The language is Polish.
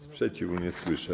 Sprzeciwu nie słyszę.